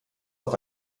auf